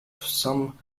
some